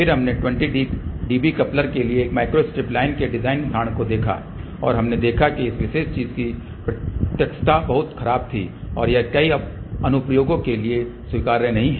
फिर हमने 20 dB coupler के लिए एक माइक्रोस्ट्रिप लाइन के डिजाइन उदाहरण को देखा और हमने देखा कि इस विशेष चीज की प्रत्यक्षता बहुत खराब थी और यह कई अनुप्रयोगों के लिए स्वीकार्य नहीं है